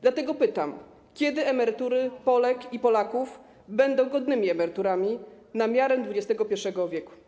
Dlatego pytam: Kiedy emerytury Polek i Polaków będą godnymi emeryturami na miarę XXI wieku?